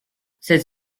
cette